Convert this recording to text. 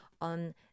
on